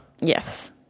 Yes